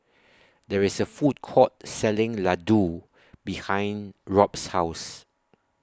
There IS A Food Court Selling Ladoo behind Rob's House